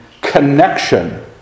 connection